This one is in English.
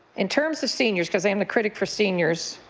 in terms of seniors because i am the critic for seniors